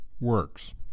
works